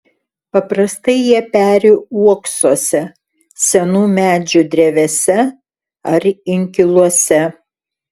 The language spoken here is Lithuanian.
paprastai jie peri uoksuose senų medžių drevėse ar inkiluose